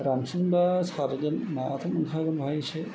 रानफिनब्ला सारगोन नायाथ' मोनखागोन बाहाय एसे